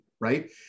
right